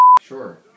Sure